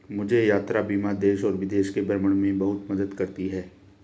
मुझे यात्रा बीमा देश और विदेश के भ्रमण में बहुत मदद करती है